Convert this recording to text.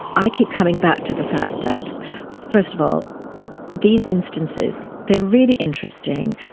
i keep coming back to the fact that first of all these instances, they're really interesting,